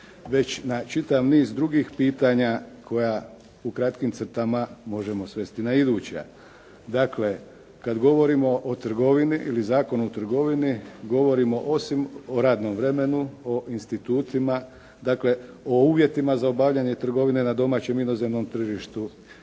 već na čitav niz drugih pitanja koja u kratkim crtama možemo svesti na iduća. Dakle, kada govorimo o trgovini, ili Zakonu o trgovini, govorimo osim o radnom vremenu, o institutima, dakle o uvjetima za obavljanje trgovine na domaćem inozemnom tržištu